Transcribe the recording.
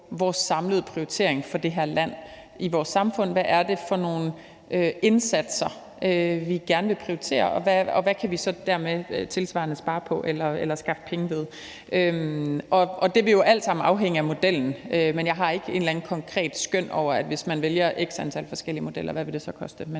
vores samlede prioritering for det her land, i vores samfund, altså hvad det er for nogle indsatser, vi gerne vil prioritere, og hvad vi så dermed tilsvarende kan spare på eller skaffe penge ved. Og det vil jo alt sammen afhænge af modellen, men jeg har ikke et eller andet konkret skøn over, hvad det vil koste, hvis man vælger x antal forskellige modeller. Men det vil